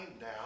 now